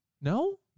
No